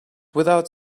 without